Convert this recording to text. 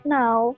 now